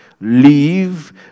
leave